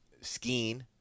Skiing